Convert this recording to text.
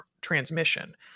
transmission